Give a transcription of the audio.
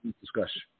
discussion